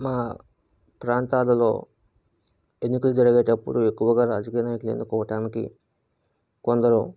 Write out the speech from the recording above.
మా ప్రాంతాలలో ఎన్నికలు జరిగేటప్పుడు ఎక్కువగా రాజకీయాల్లోకి వెళ్ళిపోవటానికి కొందరు